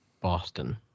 Boston